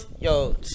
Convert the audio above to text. Yo